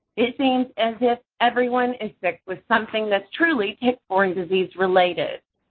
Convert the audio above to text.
it seems as if everyone is sick with something that's truly tick-borne disease-related.